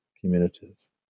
communities